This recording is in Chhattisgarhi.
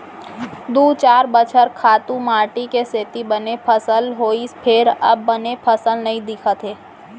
दू चार बछर खातू माटी के सेती बने फसल होइस फेर अब बने फसल नइ दिखत हे